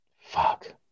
fuck